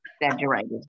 exaggerated